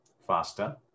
faster